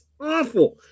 Awful